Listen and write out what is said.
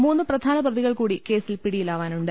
മൂന്ന് പ്രധാന പ്രതികൾ കൂടി കേസിൽ പിടിയിലാവാനുണ്ട്